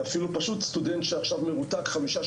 אפילו סטודנט שעכשיו מרותק חמישה או